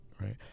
right